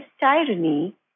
tyranny